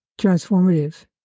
transformative